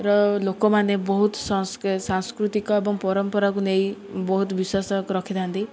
ର ଲୋକମାନେ ବହୁତ ସାଂସ୍କୃତିକ ଏବଂ ପରମ୍ପରାକୁ ନେଇ ବହୁତ ବିଶ୍ଵାସ ରଖିଥାନ୍ତି